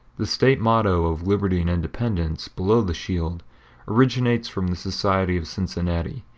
the state motto of liberty and independence below the shield originates from the society of cincinnati,